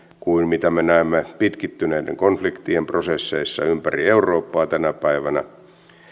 kuin mitä me näemme pitkittyneiden konfliktien prosesseissa ympäri eurooppaa tänä päivänä